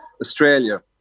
Australia